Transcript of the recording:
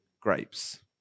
grapes